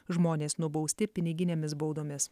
žmonės nubausti piniginėmis baudomis